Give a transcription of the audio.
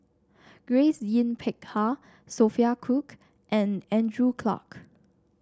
Grace Yin Peck Ha Sophia Cooke and Andrew Clarke